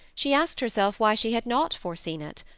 she asked herself why she had not foreseen it.